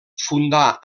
fundà